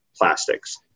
plastics